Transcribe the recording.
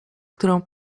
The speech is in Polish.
którą